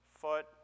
foot